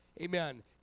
Amen